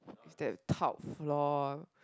it's that top floor